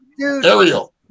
Ariel